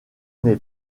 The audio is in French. n’est